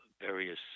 various